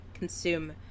consume